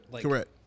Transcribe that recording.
Correct